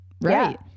Right